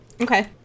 Okay